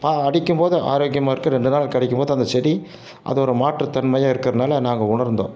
ப அடிக்கும் போது ஆரோக்கியமாக இருக்கு ரெண்டு நாள் கழிக்கும் போது அந்த செடி அதோட மாற்றுத்தன்மையாக இருக்கறனால நாங்கள் உணர்ந்தோம்